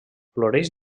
floreix